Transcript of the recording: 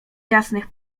jasnych